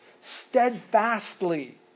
steadfastly